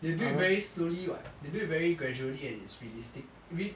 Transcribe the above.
they do it very slowly what they do it very gradually and it's realistic